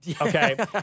Okay